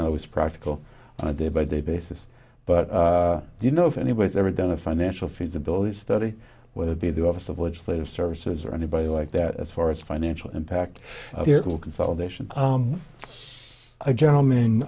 not always practical on a day by day basis but you know if anybody's ever done a financial feasibility study what would be the office of legislative services or anybody like that as far as financial impact will consolidation a gentlem